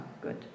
good